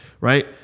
right